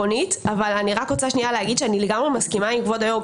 עקרוני אבל אני גם רוצה להגיד שאני לגמרי מסכימה עם כבוד היושב-ראש.